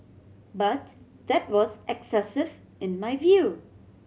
but that was excessive in my view